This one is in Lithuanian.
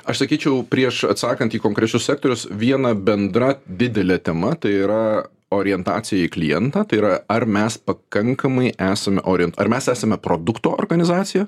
aš sakyčiau prieš atsakant į konkrečius sektorius viena bendra didelė tema tai yra orientacija į klientą tai yra ar mes pakankamai esam ori ar mes esame produkto organizacija